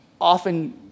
often